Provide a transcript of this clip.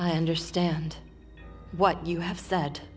i understand what you have said